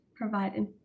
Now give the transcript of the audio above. provide